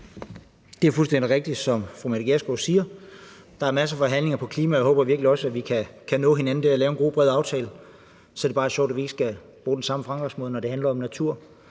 Det er fuldstændig rigtigt, som fru Mette Gjerskov siger. Der er masser af forhandlinger på klimaområdet, og jeg håber virkelig også, at vi kan nå hinanden dér og lave en god bred aftale. Så er det bare sjovt, at vi ikke skal bruge den samme fremgangsmåde, når det handler om natur.